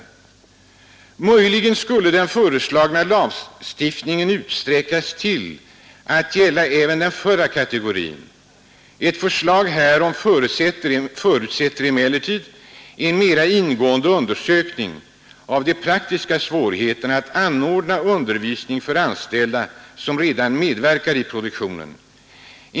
Möjligen skulle den föreslagna lagstiftningen utsträckas till att gälla även den förra kategorin. Ett förslag härom förutsätter emellertid en mera ingående undersökning av de praktiska svårigheterna att anordna undervisning för anställda som redan medverkar i produktionen.